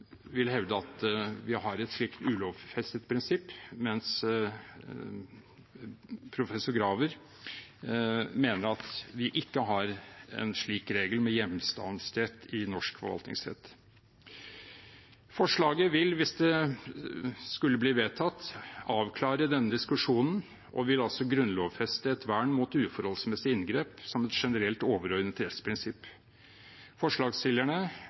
vil hevde at vi har et slikt ulovfestet prinsipp, mens professor Graver mener at vi ikke har en slik regel med hjemstavnsrett i norsk forvaltningsrett. Forslaget vil, hvis det skulle bli vedtatt, avklare denne diskusjonen og vil altså grunnlovfeste et vern mot uforholdsmessige inngrep som et generelt overordnet rettsprinsipp. Forslagsstillerne